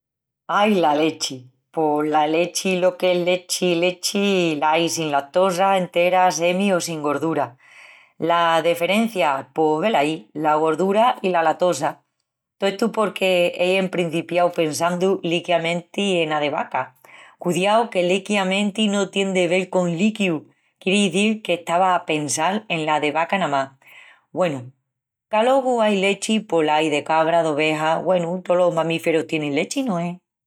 Ai la lechi! Pos la lechi, lo que es lechi, lechi, la ai sin latosa, entera, semi o sin gordura. La deferencia, pos velaí, la gordura i la latosa. Tó estu porque ei emprencipiau pensandu liquiamenti ena de vaca, Cudiau que liquiamenti no tien de vel col liquiu, quieri izil que estava a pensal ena de vaca namás. Güenu, qu'alogu ai lechi pos la ai de cabra, d'oveja, güenu, tolos mamíferus tienin lechi, no es?